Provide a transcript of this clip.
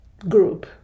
group